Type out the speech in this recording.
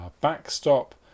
backstop